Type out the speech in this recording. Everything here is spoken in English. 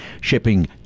shipping